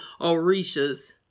Orishas